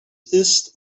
ist